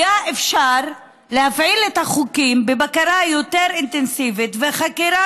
היה אפשר להפעיל את החוקים בבקרה יותר אינטנסיבית ובחקירה